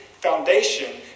foundation